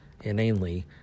inanely